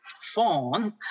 phone